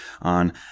on